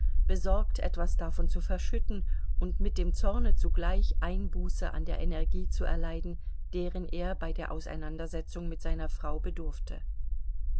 besorgt etwas davon zu verschütten und mit dem zorne zugleich einbuße an der energie zu erleiden deren er bei der auseinandersetzung mit seiner frau bedurfte